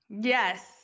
yes